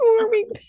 warming